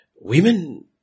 Women